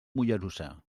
mollerussa